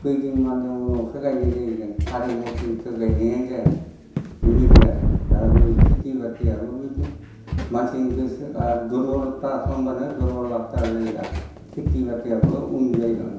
खैदिनमाननि उनावसो गायनाय जाहैगोन थारिख मथै गायनायानो जाया बिबायदि आरो दा बै खिथि बाथियाबो बिबायदि मानसिनि गोसो आरो दुरबलथा खालामब्लानो दुरबलथा जायो आरो खिथि बाथियाबो उन जाहैलाङो